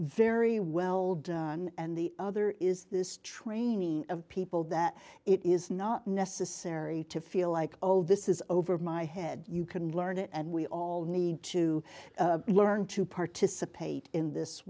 very well done and the other is this training of people that it is not necessary to feel like all this is over my head you can learn it and we all need to learn to participate in this